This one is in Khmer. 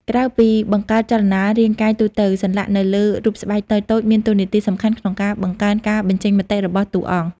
ក្រៅពីបង្កើតចលនារាងកាយទូទៅ សន្លាក់នៅលើរូបស្បែកតូចៗមានតួនាទីសំខាន់ក្នុងការបង្កើនការបញ្ចេញមតិរបស់តួអង្គ។